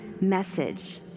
message